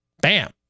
Bam